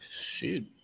Shoot